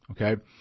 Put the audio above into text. Okay